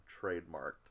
trademarked